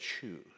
choose